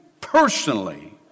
personally